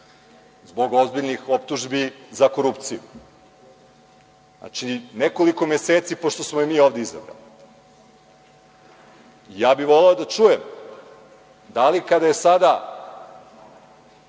zbog ozbiljnih optužbi za korupciju. Znači, nekoliko meseci pošto smo je mi ovde izabrali. Voleo bih da čujem da li kada je sada